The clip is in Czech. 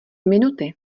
minuty